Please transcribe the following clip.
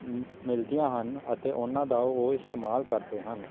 ਮਿਲਦੀਆਂ ਹਨ ਅਤੇ ਉਹਨਾਂ ਦਾ ਉਹ ਇਸਤੇਮਾਲ ਕਰਦੇ ਹਨ